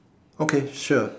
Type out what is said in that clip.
okay sure